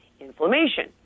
inflammation